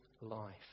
life